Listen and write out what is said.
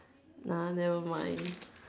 nah nevermind